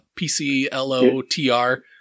PCLOTR